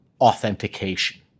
authentication